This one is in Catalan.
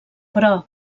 però